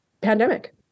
pandemic